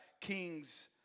kings